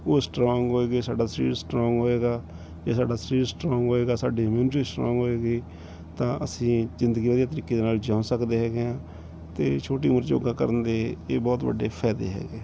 ਉਹ ਸਟਰੋਂਗ ਹੋਏਗੀ ਸਾਡਾ ਸਰੀਰ ਸਟਰੋਂਗ ਹੋਏਗਾ ਜੇ ਸਾਡਾ ਸਰੀਰ ਸਟਰੋਂਗ ਹੋਏਗਾ ਸਾਡੀ ਇਮਊਨਿਟੀ ਸਟਰੋਂਗ ਹੋਏਗੀ ਤਾਂ ਅਸੀਂ ਜ਼ਿੰਦਗੀ ਵਧੀਆ ਤਰੀਕੇ ਦੇ ਨਾਲ ਜਿਉਂ ਸਕਦੇ ਹੈਗੇ ਹਾਂ ਅਤੇ ਛੋਟੀ ਉਮਰ 'ਚ ਯੋਗਾ ਕਰਨ ਦੇ ਇਹ ਬਹੁਤ ਵੱਡੇ ਫਾਇਦੇ ਹੈਗੇ